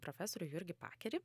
profesorių jurgį pakerį